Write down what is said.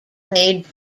made